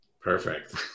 perfect